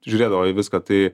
žiūrėdavo į viską tai